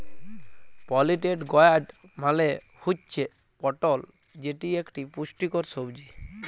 পলিটেড গয়ার্ড মালে হুচ্যে পটল যেটি ইকটি পুষ্টিকর সবজি